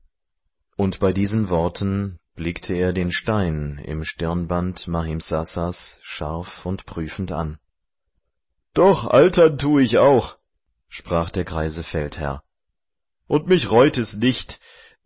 und bei diesen worten blickte er den stein im stirnband mahimsasas scharf und prüfend an doch altern tu auch ich sprach der greise feldherr und mich reut es nicht